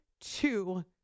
two